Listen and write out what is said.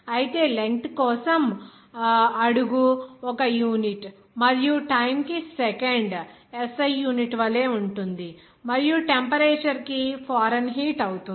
అయితే లెంగ్త్ కోసం అడుగు ఒక యూనిట్ మరియు టైమ్ కి సెకండ్ SI యూనిట్ వలె ఉంటుంది మరియు టెంపరేచర్ కి ఫారెన్హీట్ అవుతుంది